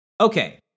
Okay